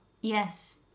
yes